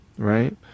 right